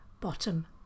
bottom